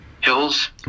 hills